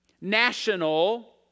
national